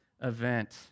event